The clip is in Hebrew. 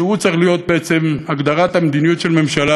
שבעצם צריך להיות הגדרת המדיניות של ממשלה,